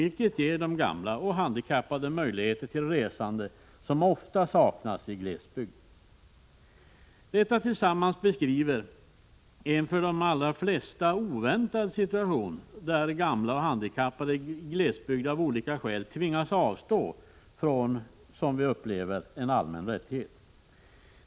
Det ger de gamla och handikappade där möjlighet till resande som ofta saknas i glesbygd. Allt detta sammanlagt beskriver en för de allra flesta oväntad situation: Gamla och handikappade i glesbygd tvingas av olika skäl avstå från något som vi upplever som en allmän rättighet.